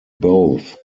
both